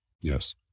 Yes